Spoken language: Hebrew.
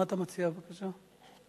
מה אתה מציע, בבקשה?